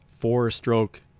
four-stroke